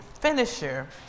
finisher